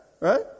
Right